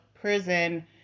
prison